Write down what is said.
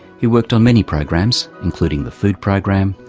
he worked on many programs, including the food program,